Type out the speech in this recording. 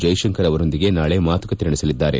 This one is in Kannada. ಜೈಶಂಕರ್ ಅವರೊಂದಿಗೆ ನಾಳೆ ಮಾತುಕತೆ ನಡೆಸಲಿದ್ದಾರೆ